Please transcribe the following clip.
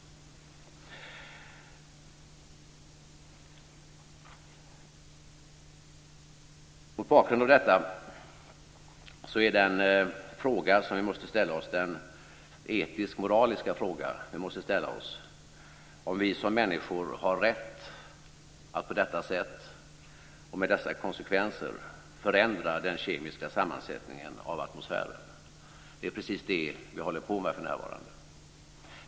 Mot bakgrund av detta är den fråga som vi måste ställa oss en etisk-moralisk fråga - om vi som människor har rätt att på detta sätt och med dessa konsekvenser förändra den kemiska sammansättningen av atmosfären. Det är precis det vi håller på med för närvarande.